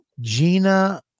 Gina